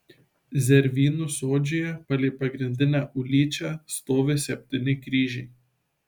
zervynų sodžiuje palei pagrindinę ulyčią stovi septyni kryžiai